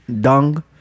dung